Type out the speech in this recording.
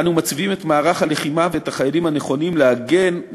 אנו מציבים את מערך הלחימה ואת החיילים הנכונים להגן,